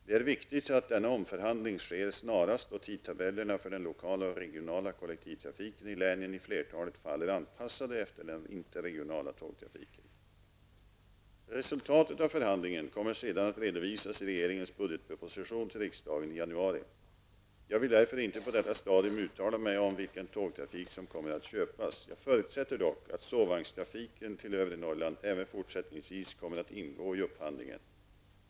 Det är viktigt att denna omförhandling sker snarast då tidtabellerna för den lokala och regionala kollektivtrafiken i länen i flertalet fall är anpassade efter den interregionala tågtrafiken. Resultatet av förhandlingen kommer sedan att redovisas i regeringens budgetproposition till riksdagen i januari. Jag vill därför inte på detta stadium uttala mig om vilken tågtrafik som kommer att köpas. Jag förutsätter dock att sovvagnstrafiken till övre Norrland även fortsättningsvis kommer att ingå i upphandlingen.